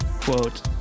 quote